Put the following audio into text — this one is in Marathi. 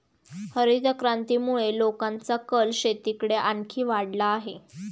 हरितक्रांतीमुळे लोकांचा कल शेतीकडे आणखी वाढला आहे